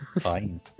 fine